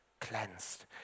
Cleansed